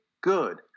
good